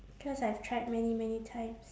cause I've tried many many times